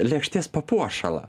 lėkštės papuošalą